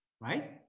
right